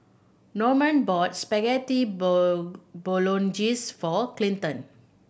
Normand bought Spaghetti Bolognese for Clinton